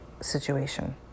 situation